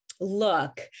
look